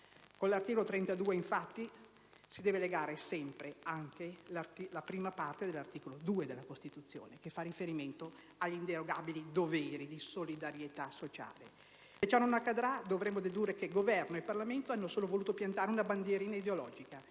Con l'articolo 32 va sempre letta la prima parte dell'articolo 2 della Costituzione, che fa riferimento ad inderogabili doveri di solidarietà sociale. Se ciò non accadrà, dovremo dedurre che Governo e Parlamento hanno solo voluto piantare una bandierina ideologica.